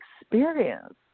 experience